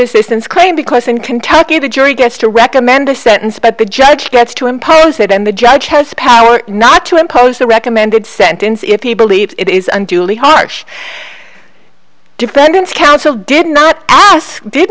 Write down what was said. assistance claim because in kentucky the jury gets to recommend a sentence but the judge gets to impose it and the judge has the power not to impose the recommended sentence if he believes it is unduly harsh defendant's counsel did not a